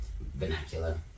Vernacular